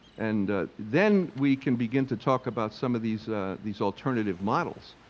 and then we can begin to talk about some of these these alternative models,